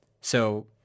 so-